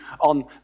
on